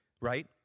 right